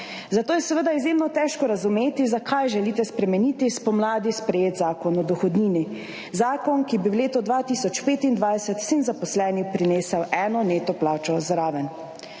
Zato je seveda izjemno težko razumeti zakaj želite spremeniti spomladi sprejet Zakon o dohodnini, zakon, ki bi v letu 2025 vsem zaposlenim prinesel eno neto plačo zraven.